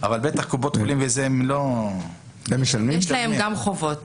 בטח קופות חולים וכו' הן לא --- יש להן גם חובות